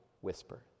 whisper